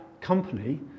company